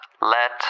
let